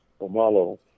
Omalo